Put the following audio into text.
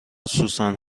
سوسن